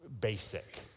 basic